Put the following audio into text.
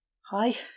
Hi